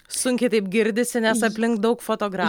sunkiai taip girdisi nes aplink daug fotogra